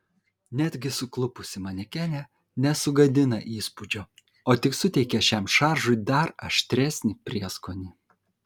netgi suklupusi manekenė nesugadina įspūdžio o tik suteikia šiam šaržui dar aštresnį prieskonį